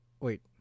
Wait